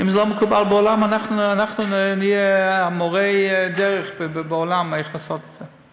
אם זה לא מקובל בעולם אנחנו נהיה מורי הדרך בעולם איך לעשות את זה.